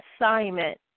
assignment